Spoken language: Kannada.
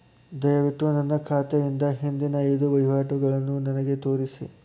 ದಯವಿಟ್ಟು ನನ್ನ ಖಾತೆಯಿಂದ ಹಿಂದಿನ ಐದು ವಹಿವಾಟುಗಳನ್ನು ನನಗೆ ತೋರಿಸಿ